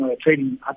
trading